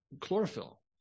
chlorophyll